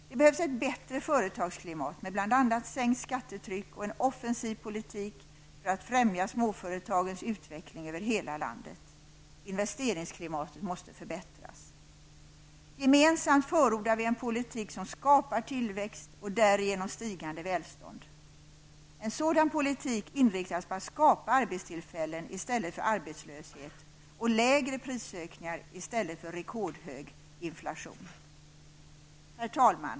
Det behövs ett bättre företagsklimat med bl.a. sänkt skattetryck och en offensiv politik för att främja småföretagens utveckling över hela landet. Investeringsklimatet måste förbättras. Gemensamt förordar vi en politik som skapar tillväxt och därigenom stigande välstånd. En sådan politik inriktas på att skapa arbetstillfällen i stället för arbetslöshet och lägre prisökningar i stället för rekordhög inflation. Herr talman!